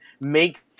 make